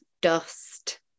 dust